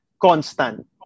constant